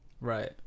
Right